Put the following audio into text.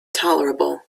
tolerable